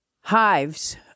hives